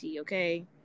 okay